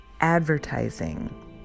advertising